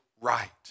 right